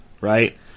right